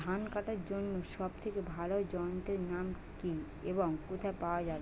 ধান কাটার জন্য সব থেকে ভালো যন্ত্রের নাম কি এবং কোথায় পাওয়া যাবে?